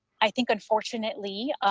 i think, unfortunately,